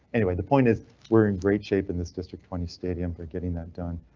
anyway, the point is we're in great shape in this district. twenty stadium for getting that done.